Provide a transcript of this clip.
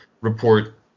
report